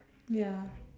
ya